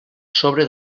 sobre